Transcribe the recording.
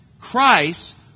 Christ